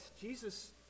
Jesus